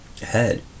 head